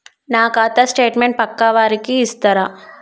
నా ఖాతా స్టేట్మెంట్ పక్కా వారికి ఇస్తరా?